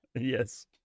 Yes